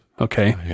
Okay